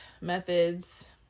methods